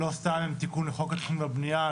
לא סתם הם תיקון לחוק התכנון והבנייה.